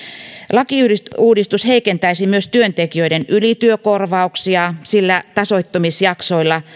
lakiuudistus heikentäisi myös työntekijöiden ylityökorvauksia sillä tasoittumisjaksoilla